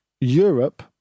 Europe